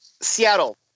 Seattle